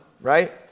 Right